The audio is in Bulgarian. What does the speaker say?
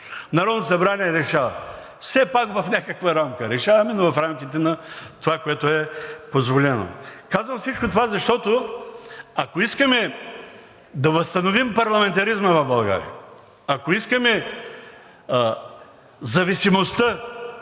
Народното събрание решава – все пак в някаква рамка решаваме, но в рамките на това, което е позволено. Казвам всичко това, защото, ако искаме да възстановим парламентаризма в България, ако искаме зависимостта